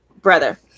Brother